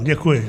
Děkuji.